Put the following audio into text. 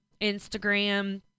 instagram